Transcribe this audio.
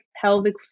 pelvic